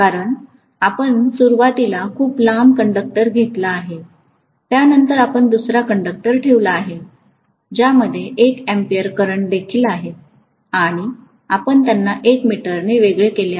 कारण आपण सुरुवातीला खूप लांब कंडक्टर घेतला आहे त्यानंतर आपण दुसरा कंडक्टर ठेवला आहे ज्यामध्ये 1 अँपिअर करंट देखील आहे आणि आपण त्यांना 1 मीटरने वेगळे केले आहे